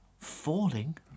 Falling